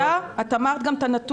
מוריה, את אמרת לפני כן את הנתון.